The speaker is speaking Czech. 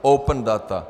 Open data.